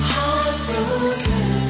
Heartbroken